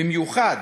במיוחד